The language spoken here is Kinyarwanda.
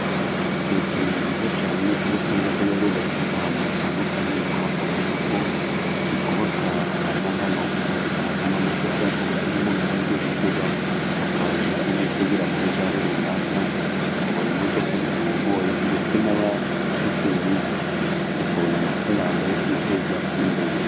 Leta ni nziza cyane, aho usangaga yarubatse ahantu hatandukanye. Ikubabaka amasoko, ikubaka n'ahanu ho guparika nk'amamodoka. Kuburyo nk'umuntu yaba agiye gutega, akajya nko gutegera muri gare runaka akabona imodoka bitamugoye. Ndetse n'abashoferi bakabona amafaranga yo kwiteza imbere.